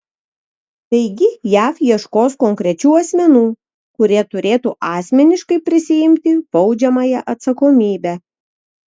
taigi jav ieškos konkrečių asmenų kurie turėtų asmeniškai prisiimti baudžiamąją atsakomybę